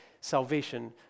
salvation